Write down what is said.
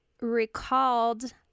recalled